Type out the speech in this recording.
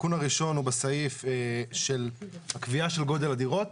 התיקון הראשון הוא בסעיף של הקביעה של גודל הדירות.